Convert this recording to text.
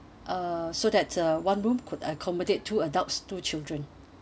uh so that uh one room could accommodate two adults two children